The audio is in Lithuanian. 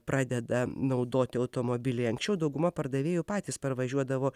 pradeda naudoti automobiliai anksčiau dauguma pardavėjų patys parvažiuodavo